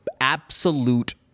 absolute